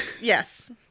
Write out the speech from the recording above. Yes